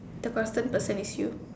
the constant person is you